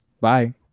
Bye